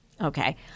Okay